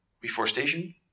reforestation